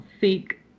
seek